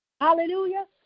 Hallelujah